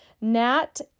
Nat